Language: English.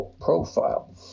profile